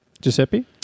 Giuseppe